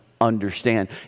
understand